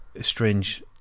strange